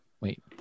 wait